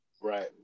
Right